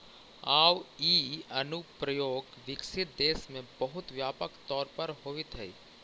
आउ इ अनुप्रयोग विकसित देश में बहुत व्यापक तौर पर होवित हइ